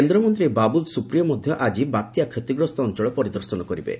କେନ୍ଦ୍ରମନ୍ତ୍ରୀ ବାବୁଲ ସୁପ୍ରିୟ ମଧ୍ୟ ଆଜି ବାତ୍ୟା କ୍ଷତିଗ୍ରସ୍ତ ଅଞ୍ଚଳ ପରିଦର୍ଶନ କରିବେ